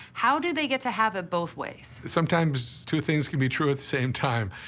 how do they get to have it both ways? sometimes two things can be true at the same time.